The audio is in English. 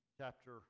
chapter